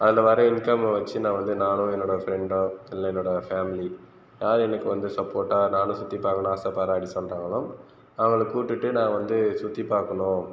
அதில் வர இன்கம் வச்சு நான் வந்து நானும் என்னோட ஃப்ரெண்டோ இல்லை என்னோட ஃபேமிலி யார் எனக்கு வந்து சப்போர்ட்டாக நானும் சுற்றி பார்க்கணும் ஆசைப்படுறேன் அப்படின்னு சொல்றாங்களோ அவங்களை கூட்டிகிட்டு நான் வந்து சுற்றி பார்க்கணும்